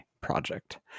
project